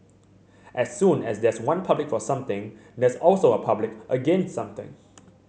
as soon as there's one public for something there's also a public against something